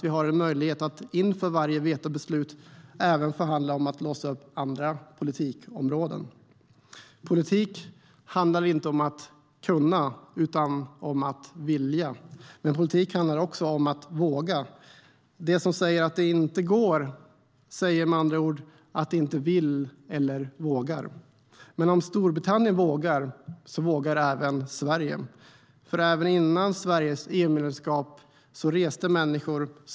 Vi har en möjlighet att inför varje vetobeslut även förhandla om att låsa upp andra politikområden. Politik handlar inte om att kunna utan om att vilja. Men politik handlar också om att våga. De som säger att det inte går säger med andra ord att de inte vill eller vågar. Men om Storbritannien vågar, då vågar även Sverige. Även före Sveriges EU-medlemskap reste människor.